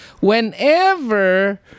whenever